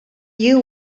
you